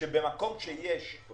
או